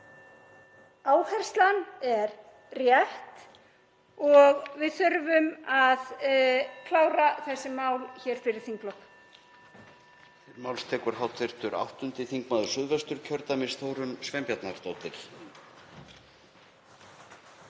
Áherslan er rétt og við þurfum að klára þessi mál hér fyrir þinglok.